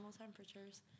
temperatures